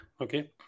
okay